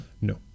No